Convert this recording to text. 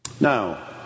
Now